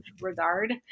regard